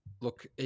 look